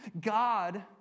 God